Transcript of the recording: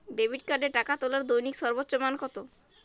Debit কার্ডে টাকা তোলার দৈনিক সর্বোচ্চ মান কতো?